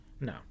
No